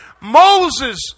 Moses